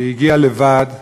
שהגיע לבד.